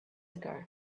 ago